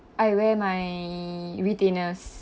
I wear my retainers